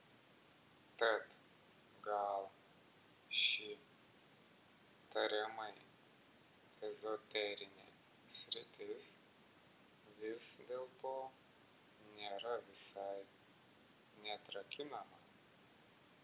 tad gal ši tariamai ezoterinė sritis vis dėlto nėra visai neatrakinama